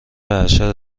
ارشد